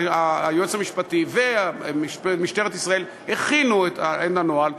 היועץ המשפטי ומשטרת ישראל הכינו את הנוהל,